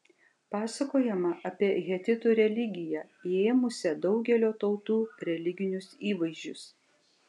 pasakojama apie hetitų religiją įėmusią daugelio tautų religinius įvaizdžius